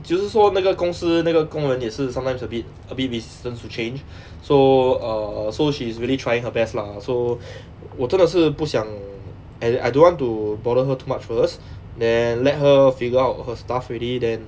就是说那个公司那个工人也是 sometimes a bit a bit resistant to change so err so she's really trying her best lah so 我真的是不想 and I don't want to bother her too much first then let her figure out her stuff already then